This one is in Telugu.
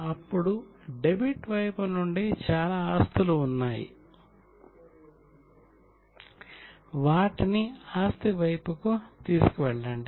అప్పుడు డెబిట్ వైపు నుండి చాలా ఆస్తుల అంశాలు ఉన్నాయి వాటిని ఆస్తి వైపుకు తీసుకెళ్లండి